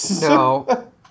No